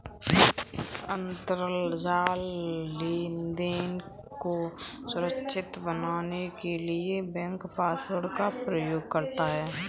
अंतरजाल लेनदेन को सुरक्षित बनाने के लिए बैंक पासवर्ड का प्रयोग करता है